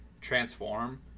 transform